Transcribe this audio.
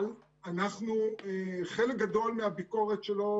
אבל חלק גדול מהביקורת שלו,